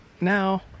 now